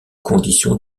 conditions